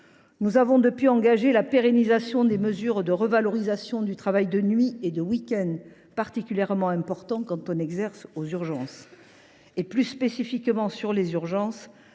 Nous avons depuis lors engagé la pérennisation des mesures de revalorisation du travail de nuit et du week end, particulièrement importantes quand on exerce aux urgences. En ce qui concerne plus spécifiquement les urgences,